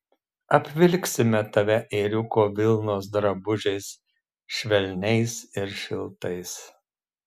apvilksime tave ėriuko vilnos drabužiais švelniais ir šiltais